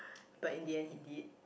but in the end he did